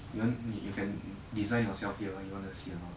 you want 你 you can design yourself here you want to see or not